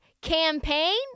Campaign